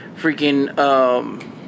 freaking